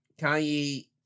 Kanye